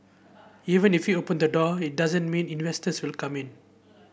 even if him open the door it doesn't mean investors will come in